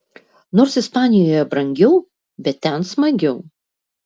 nors ispanijoje brangiau bet ten smagiau